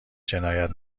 جنایت